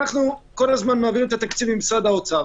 אנחנו כל הזמן מעבירים את התקציב ממשרד האוצר.